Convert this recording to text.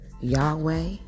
Yahweh